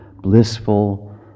blissful